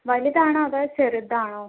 വലുതാണോ അതോ ചെറുതാണോ